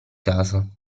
casa